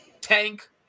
Tank